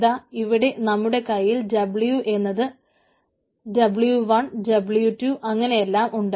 ദാ ഇവിടെ നമ്മുടെ കൈയിൽ w എന്നത് w 1 w2 അങ്ങനെയെല്ലാം ഉണ്ട്